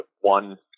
one